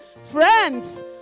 friends